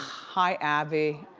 hi abby.